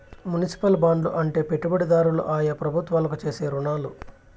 municipal బాండ్లు అంటే పెట్టుబడిదారులు ఆయా ప్రభుత్వాలకు చేసే రుణాలు